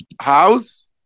house